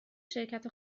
شرکت